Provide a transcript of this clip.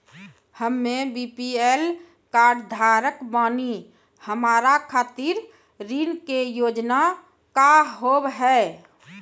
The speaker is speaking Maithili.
हम्मे बी.पी.एल कार्ड धारक बानि हमारा खातिर ऋण के योजना का होव हेय?